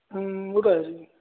ਹੁੰ ਉਹ ਤਾਂ ਹੈ ਜੀ